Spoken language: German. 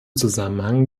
zusammenhang